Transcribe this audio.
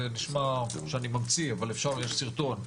זה נשמע שאני ממציא, אבל אפשר, יש סרטון.